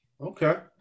Okay